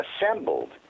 assembled